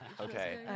okay